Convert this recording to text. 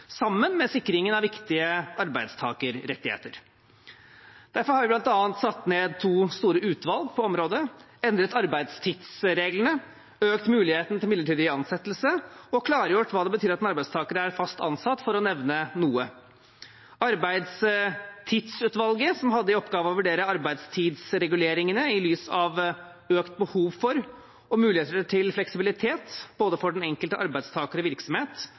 sikringen av viktige arbeidstakerrettigheter. Derfor har vi bl.a. satt ned to store utvalg på området, endret arbeidstidsreglene, økt muligheten til midlertidig ansettelse og klargjort hva det betyr at en arbeidstaker er fast ansatt, for å nevne noe. Arbeidstidsutvalget, som hadde i oppgave å vurdere arbeidstidsreguleringene i lys av økt behov for og muligheter til fleksibilitet både for den enkelte arbeidstaker og virksomhet,